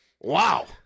wow